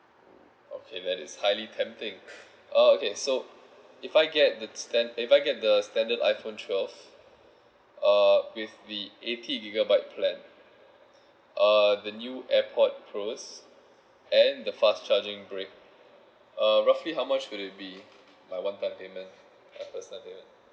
okay that is highly tempting uh okay so if I get the stand~ if I get the standard iphone twelve uh with the eighty gigabyte plan uh the new airpod pros and the fast charging brick uh roughly how much will it be uh one time payment first time payment